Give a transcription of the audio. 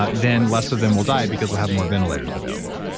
ah then less of them will die, because we'll have more ventilators available.